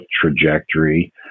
trajectory